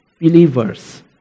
believers